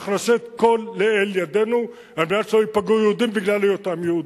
אנחנו נעשה כל שלאל ידנו על מנת שלא ייפגעו יהודים בגלל היותם יהודים.